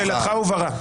שאלתך הובהרה.